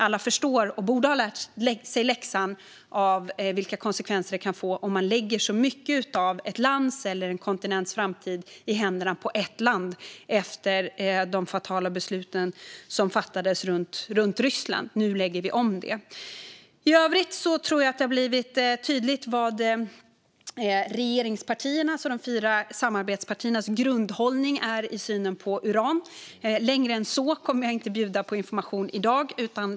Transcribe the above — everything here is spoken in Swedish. Alla förstår och borde ha lärt sig läxan, efter de fatala beslut som fattades om Ryssland, när det gäller vilka konsekvenser det kan få om man lägger så mycket av ett lands eller en kontinents framtid i händerna på ett land. Nu lägger vi om detta. I övrigt tror jag att det har blivit tydligt vad regeringspartiernas och de fyra samarbetspartiernas grundhållning är i synen på uran. Längre än så kommer jag inte att gå med att bjuda på information i dag.